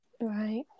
Right